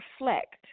reflect